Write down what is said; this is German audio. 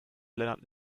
lennart